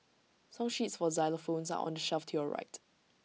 song sheets for xylophones are on the shelf to your right